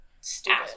stupid